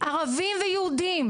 ערבים ויהודים,